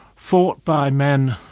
fought by men,